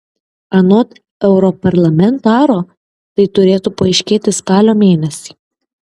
anot europarlamentaro tai turėtų paaiškėti spalio mėnesį